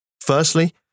Firstly